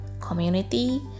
community